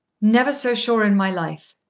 never so sure in my life.